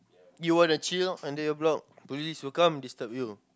you want to chill under your block police will come disturb you